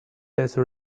these